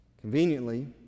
Conveniently